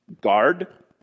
guard